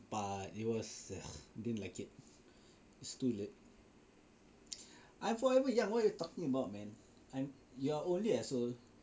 empat it was ugh didn't like it is too late I forever young what you talking about man I'm you're only as old